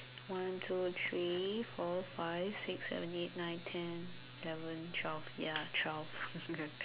one two three four five six seven eight nine ten eleven twelve ya twelve